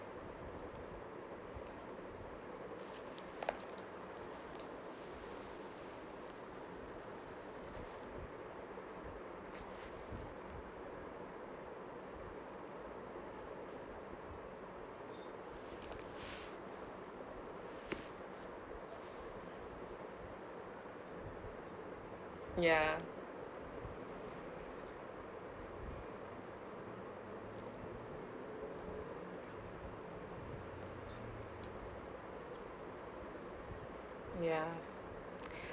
ya ya